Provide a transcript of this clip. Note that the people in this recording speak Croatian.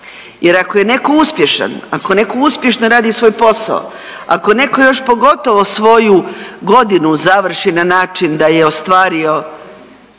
jer ako je neko uspješan, ako neko uspješno radi svoj posao, ako neko još pogotovo svoju godinu završi na način da je ostvario